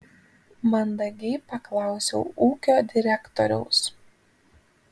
mandagiai paklausiau ūkio direktoriaus